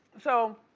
so,